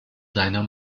seiner